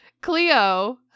Cleo